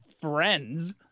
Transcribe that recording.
friends